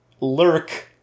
Lurk